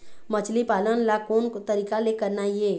मछली पालन ला कोन तरीका ले करना ये?